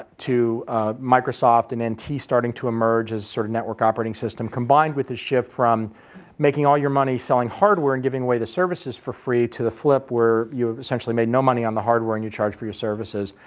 to microsoft and and nt starting to emerge as sort of network operating system combined with the shift from making all your money selling hardware and giving away the services for free to the flip where you essentially made no money on the hardware and you charge for your services.